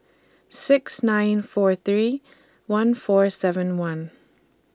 six nine four three one four seven one